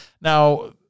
Now